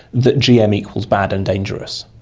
that gm equals bad and dangerous.